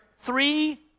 three